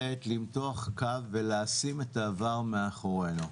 העת למתוח קו ולשים את העבר מאחורינו?